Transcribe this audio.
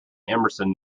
emerson